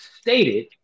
stated